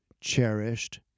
cherished